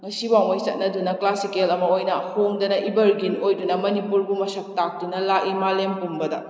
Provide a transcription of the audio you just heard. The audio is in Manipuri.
ꯉꯁꯤ ꯐꯥꯎꯃꯩ ꯆꯠꯅꯗꯨꯅ ꯀ꯭ꯂꯥꯁꯤꯀꯦꯜ ꯑꯃ ꯑꯣꯏꯅ ꯍꯣꯡꯗꯅ ꯏꯕꯔꯒ꯭ꯔꯤꯟ ꯑꯣꯏꯗꯨꯅ ꯃꯅꯤꯄꯨꯔꯕꯨ ꯃꯁꯛ ꯇꯥꯛꯇꯨꯅ ꯂꯥꯛꯏ ꯃꯥꯂꯦꯝ ꯄꯨꯝꯕꯗ